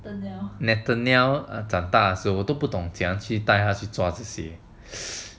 nathanial 长大的时侯是我都不懂怎样带他去抓这些